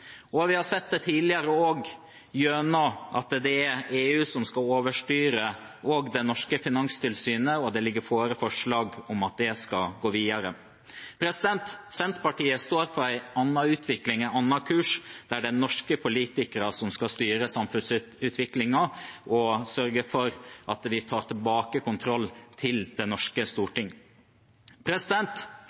landet. Vi har sett det tidligere også, gjennom at det er EU som skal overstyre det norske finanstilsynet, og det foreligger forslag om at det skal gå videre. Senterpartiet står for en annen utvikling, en annen kurs, der det er norske politikere som skal styre samfunnsutviklingen og sørge for at vi tar tilbake kontroll til det norske storting.